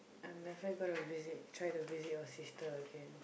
I'm definitely gonna visit try to visit your sister again